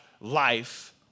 life